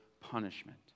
punishment